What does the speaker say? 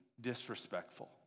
disrespectful